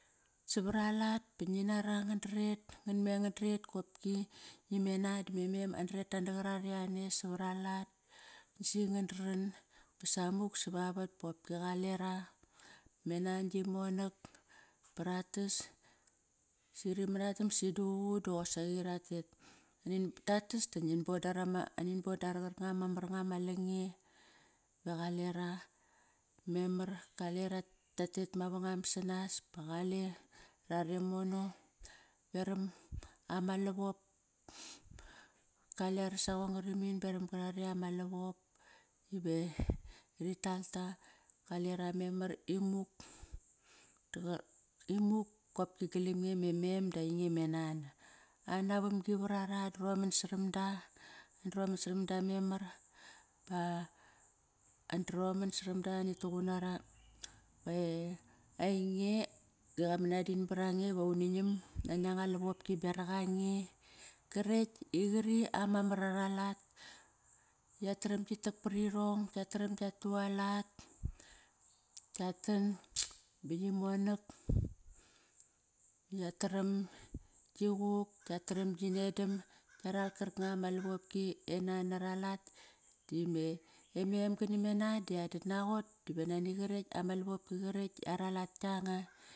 Savaralat da ngin ara ngan dret, ngan me ngan dret qopki ime nan da me mem andret ana qarare anes savar alat dasi ngan dran basamuk savavat bopki qalera, me nan gi monak bratas si rimanatam si duququ dosaqi ratet. Ratas da ngin boda rama, ngin boda ra qarkanga ma mar nga ma lange ve qale ra memar. Rale ratet mavangam sanas ba qale rare mono peram ama lavop. Kale ara saqong ngari min peram garare ama lavop ve ritalta. Kalera memar imuk, imuk qopki galam nge me mem dainge me nan ana vamgi varara an droman saram da, an droman saram da memar. An droman saram da ani tuqun ara ve ainge di va manadin barange va uni nam nani anga lavopki beraq ange. Karekt imani ama mar ara lat, yat taram qitak pari rong, yataram kia tualat, kiatan ba qi monak. Yataram gi quk, yataram gi nedam, kiaral qarkanga ma lavopki, e nan ara lat, dime me mem kana me nan da anit naqot ive nani qarekt ama lavopki qarekt i aralat kianga.